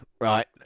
right